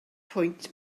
pwynt